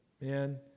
man